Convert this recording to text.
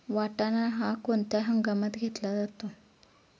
वाटाणा हा कोणत्या हंगामात घेतला जातो?